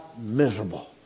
miserable